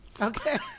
okay